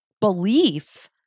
belief